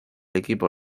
equipo